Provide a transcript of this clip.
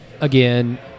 again